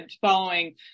following